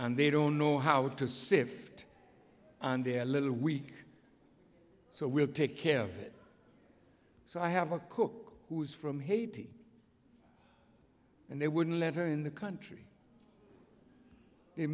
and they don't know how to sift and they're a little weak so we'll take care of it so i have a cook who is from haiti and they wouldn't let her in the country they